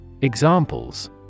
Examples